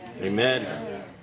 Amen